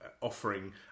offering